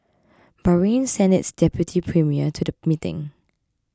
Bahrain sent its deputy premier to the meeting